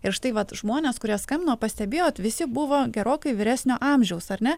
ir štai vat žmonės kurie skambino pastebėjot visi buvo gerokai vyresnio amžiaus ar ne